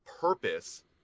purpose